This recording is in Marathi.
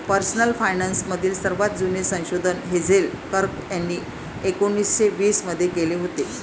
पर्सनल फायनान्स मधील सर्वात जुने संशोधन हेझेल कर्क यांनी एकोन्निस्से वीस मध्ये केले होते